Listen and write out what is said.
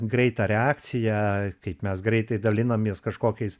greitą reakciją kaip mes greitai dalinomės kažkokiais